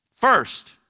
First